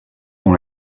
dont